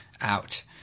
out